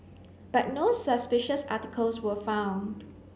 but no suspicious articles were found